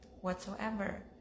whatsoever